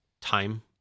time